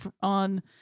on